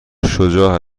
شجاع